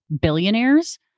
billionaires